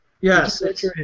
Yes